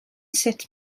sut